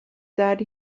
that